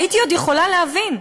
הייתי עוד יכולה להבין.